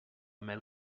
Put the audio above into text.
mel